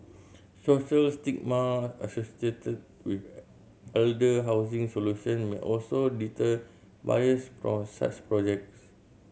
social stigma associated with elder housing solution may also deter buyers from such projects